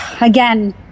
Again